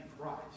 Christ